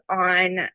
on